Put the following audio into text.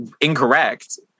incorrect